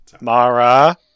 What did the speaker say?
Mara